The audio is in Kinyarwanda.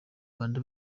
rwanda